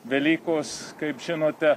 velykos kaip žinote